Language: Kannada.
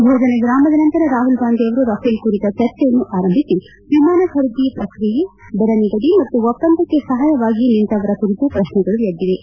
ಭೋಜನ ವಿರಾಮದ ನಂತರ ರಾಹುಲ್ಗಾಂಧಿ ಅವರು ರಫೇಲ್ ಕುರಿತ ಚರ್ಚೆಯನ್ನು ಆರಂಭಿಸಿ ವಿಮಾನ ಖರೀದಿ ಪ್ರಕ್ರಿಯೆ ದರ ನಿಗದಿ ಮತ್ತು ಒಪ್ಪಂದಕ್ಕೆ ಸಹಾಯವಾಗಿ ನಿಂತವರ ಕುರಿತು ಪ್ರಕ್ನೆಗಳು ಎದ್ದಿವೆ